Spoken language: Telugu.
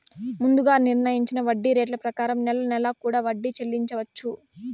ముందుగా నిర్ణయించిన వడ్డీ రేట్ల ప్రకారం నెల నెలా కూడా వడ్డీ చెల్లించవచ్చు